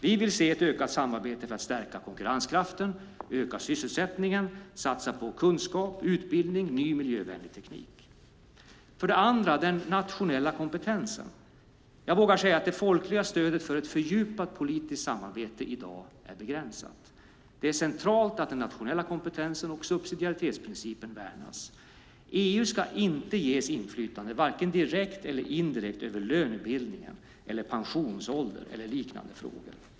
Vi vill se ett ökat samarbete för att stärka konkurrenskraften, öka sysselsättningen och satsa på kunskap, utbildning och ny miljövänlig teknik. För det andra: den nationella kompetensen. Jag vågar säga att det folkliga stödet för ett fördjupat politiskt samarbete i dag är begränsat. Det är centralt att den nationella kompetensen och subsidiaritetsprincipen värnas. EU ska inte ges inflytande varken direkt eller indirekt över lönebildningen, pensionsåldern eller liknande frågor.